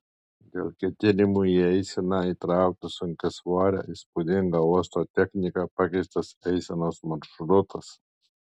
dėl ketinimų į eiseną įtraukti sunkiasvorę įspūdingą uosto techniką pakeistas eisenos maršrutas